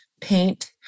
paint